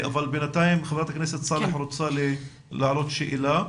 אבל בינתיים חברת הכנסת סלאח רוצה להעלות שאלה.